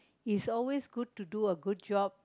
is always good to do a good job